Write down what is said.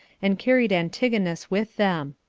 and carried antigonus with them.